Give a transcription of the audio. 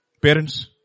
Parents